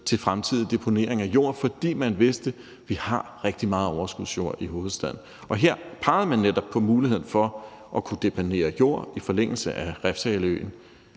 til fremtidig deponering af jord, fordi man vidste, at vi har rigtig meget overskudsjord i hovedstaden. Her pegede man netop på muligheden for at kunne deponere jord i forlængelse af Refshaleøen,